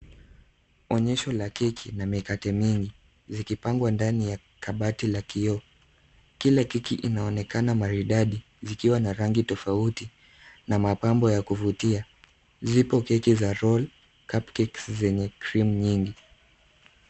Onyesho la keki na mikate mingi zikipangwa ndani ya kabati la kioo. Kila keki inaonekana maridadi zikiwa na rangi tofauti na mapambo ya kuvutia. Zipo keki za roll , cupcakes zenye cream nyingi.